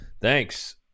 Thanks